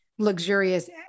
Luxurious